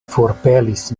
forpelis